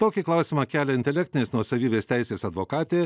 tokį klausimą kelia intelektinės nuosavybės teisės advokatė